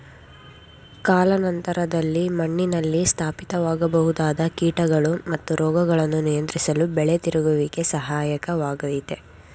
ಕಾಲಾನಂತರದಲ್ಲಿ ಮಣ್ಣಿನಲ್ಲಿ ಸ್ಥಾಪಿತವಾಗಬಹುದಾದ ಕೀಟಗಳು ಮತ್ತು ರೋಗಗಳನ್ನು ನಿಯಂತ್ರಿಸಲು ಬೆಳೆ ತಿರುಗುವಿಕೆ ಸಹಾಯಕ ವಾಗಯ್ತೆ